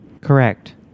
Correct